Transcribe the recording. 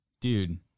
dude